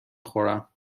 خورم